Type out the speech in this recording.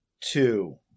two